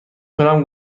کنم